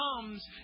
comes